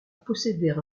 posséder